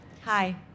Hi